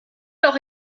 doch